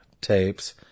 tapes